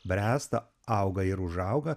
bręsta auga ir užauga